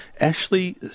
Ashley